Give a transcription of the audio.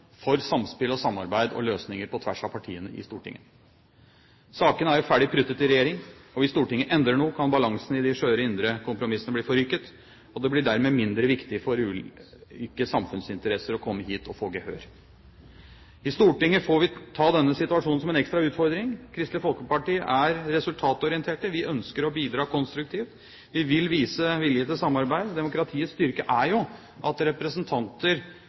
for samspill og samarbeid og løsninger på tvers av partiene i Stortinget. Sakene er ferdig prutet i regjering, og hvis Stortinget endrer noe, kan balansen i de skjøre indre kompromissene bli forrykket, og det blir dermed mindre viktig for ulike samfunnsinteresser å komme hit og få gehør. I Stortinget får vi ta denne situasjonen som en ekstra utfordring. Kristelig Folkeparti er resultatorientert. Vi ønsker å bidra konstruktivt. Vi vil vise vilje til samarbeid. Demokratiets styrke er jo at representanter